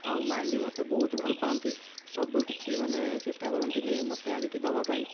ଆଉ ମାଇଁ ବି ମୋତେ ବହୁତ ଭଲ ପାଆନ୍ତି ସବୁ କିଛି ମାନେ ଚେଷ୍ଟା କରନ୍ତି କି ମୋତେ ଆଣିକି ଦେବା ପାଇଁ